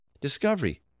discovery